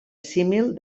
símil